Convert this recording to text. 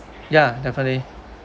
ya definitely